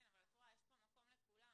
את רואה שיש כאן מקום לכולם.